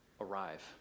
arrive